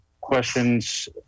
questions